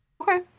Okay